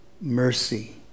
mercy